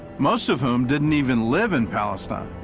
most of whom didn't even live in palestine.